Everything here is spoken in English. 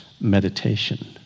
meditation